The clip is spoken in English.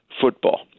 football